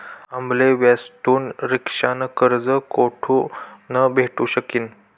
आम्ले व्याजथून रिक्षा न कर्ज कोठून भेटू शकीन